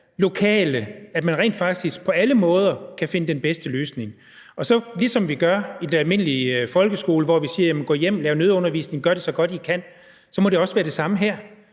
lokalt rent faktisk på alle måder kan finde den bedste løsning. I den almindelige folkeskole siger vi: Gå hjem, lav nødundervisning, gør det så godt, I kan. Og det må være det samme her,